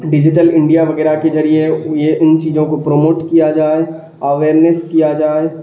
digital India وغیرہ کے ذریعے یہ ان چیزوں کو پروموٹ کیا جائے اویئیرنیس کیا جائے